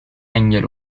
engel